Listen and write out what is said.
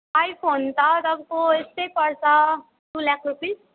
iPhone त तपाईँको यस्तै पर्छ टु लाख रुपिज